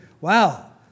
wow